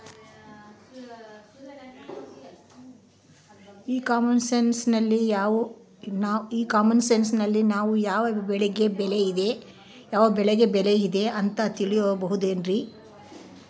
E commerce ನಲ್ಲಿ ನಾವು ಯಾವ ಬೆಳೆಗೆ ಬೆಲೆ ಇದೆ ಅಂತ ತಿಳ್ಕೋ ಬಹುದೇನ್ರಿ?